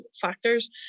factors